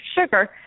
sugar